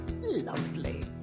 Lovely